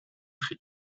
tri